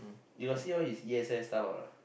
you got see all his E_S_S stuff a not